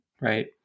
right